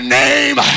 name